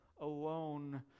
alone